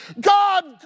God